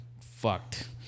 Fucked